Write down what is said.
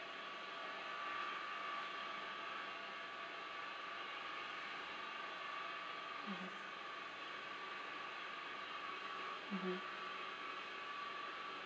mmhmm